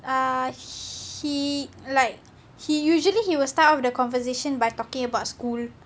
err he like he usually he will start off the conversation by talking about school